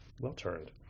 Well-turned